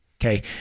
okay